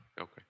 Okay